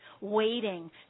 waiting